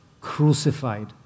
crucified